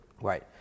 right